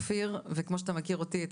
כפי שאתה מכיר אותי,